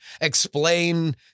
explain